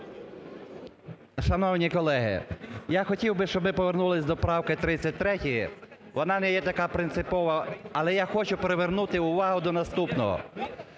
Шановні колеги, я хотів би, щоб ми повернулися до правки 33-ї. Вона не є така принципова, але я хочу привернути увагу до наступного.